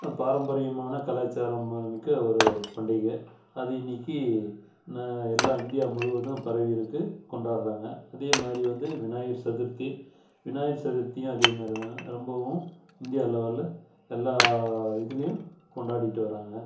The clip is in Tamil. பாரம்பரியமான கலாச்சாரமிக்க ஒரு பண்டிகை அது இன்றைக்கு எல்லா இந்தியா முழுவதும் பரவியிருக்கு கொண்டாடுறாங்க அதேமாதிரி வந்து விநாயர் சதுர்த்தி விநாயர் சதுர்த்தியும் அதேமாதிரிதான் ரொம்பவும் இந்தியா லெவலில் எல்லா இதுலேயும் கொண்டாடிகிட்டு வராங்க